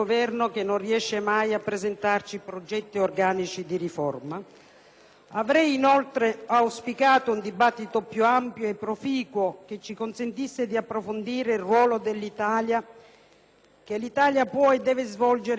Avrei, inoltre, auspicato un dibattito più ampio e proficuo, che ci consentisse di approfondire il ruolo che l'Italia può e deve svolgere in Europa, nell'interesse nazionale e nel più generale interesse europeo.